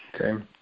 Okay